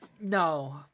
No